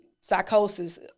psychosis